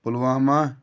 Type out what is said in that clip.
Pulwama